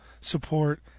support